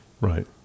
right